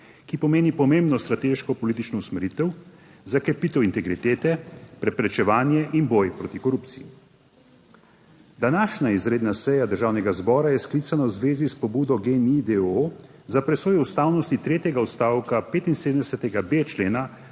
ki pomeni pomembno strateško politično usmeritev za krepitev integritete, preprečevanje in boj proti korupciji. Današnja izredna seja Državnega zbora je sklicana v zvezi s pobudo GEN-I d. o. o. za presojo ustavnosti tretjega odstavka 75.b člena